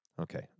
Okay